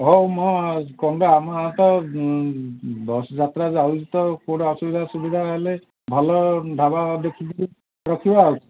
ହଉ ମୁଁ କ'ଣ ତ ଆମର ତ ବସ୍ ଯାତ୍ରା ଯାଉଛି ତ କେଉଁଠି ଅସୁବିଧା ସୁବିଧା ହେଲେ ଭଲ ଢାବା ଦେଖିକିରି ରଖିବା ଆଉ